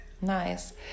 Nice